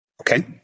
Okay